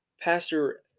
Pastor